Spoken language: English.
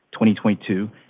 2022